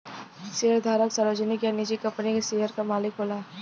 शेयरधारक सार्वजनिक या निजी कंपनी के शेयर क मालिक होला